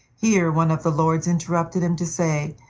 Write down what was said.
here one of the lords interrupted him to say,